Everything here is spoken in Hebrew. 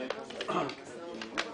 בסמים.